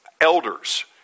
elders